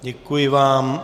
Děkuji vám.